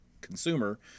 consumer